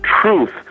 truth